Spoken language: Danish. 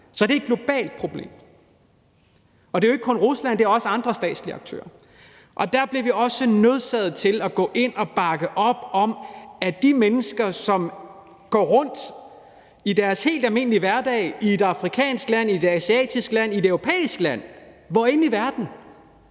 Så det er et globalt problem. Og det er jo ikke kun Rusland; det er også andre statslige aktører. Der bliver vi også nødsaget til at gå ind at bakke op om, at de mennesker, som går rundt i deres helt almindelige hverdag i et afrikansk land, i et asiatisk land, i et europæisk land, hvor end i verden